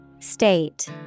State